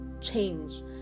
change